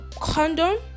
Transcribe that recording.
condom